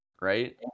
right